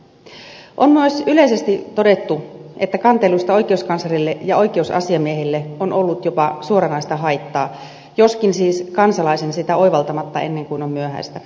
on myös yleisesti todettu että kanteluista oikeuskanslerille ja oikeusasiamiehelle on ollut jopa suoranaista haittaa joskin siis kansalaisen sitä oivaltamatta ennen kuin on myöhäistä